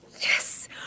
Yes